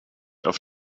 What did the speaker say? auf